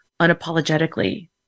unapologetically